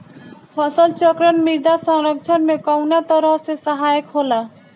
फसल चक्रण मृदा संरक्षण में कउना तरह से सहायक होला?